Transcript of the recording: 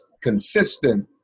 consistent